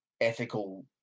ethical